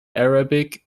arabic